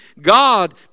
God